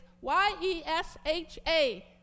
Y-E-S-H-A